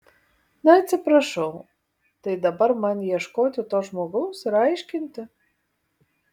na atsiprašau tai dabar man ieškoti to žmogaus ir aiškinti